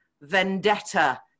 vendetta